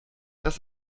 das